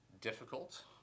difficult